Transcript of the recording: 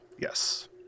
Yes